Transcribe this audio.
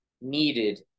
needed